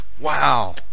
wow